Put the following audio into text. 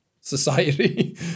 society